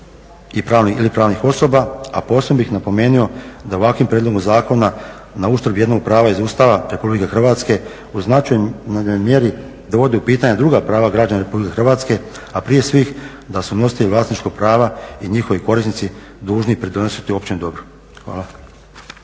fizičkih ili pravnih osoba, a posebno bih napomenuo da ovakvim prijedlogom zakona na uštrb jednog prava iz Ustava RH u značajnoj mjeri dovodi u pitanje druga prava građana RH, a prije svih da su nositelji vlasničkog prava i njihovi korisnici dužni pridonositi općem dobru. Hvala.